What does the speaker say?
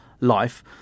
life